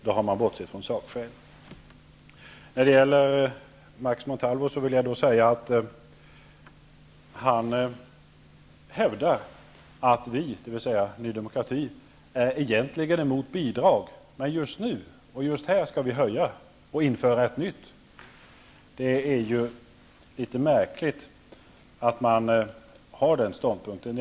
Då har man bortsett från sakskäl. Max Montalvo säger att vi, dvs. Ny demokrati, egentligen är emot bidrag. Men just nu och just här skall vi höja och införa ett nytt. Det är litet märkligt att man har den ståndpunkten.